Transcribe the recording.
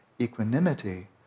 equanimity